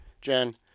Jen